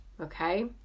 okay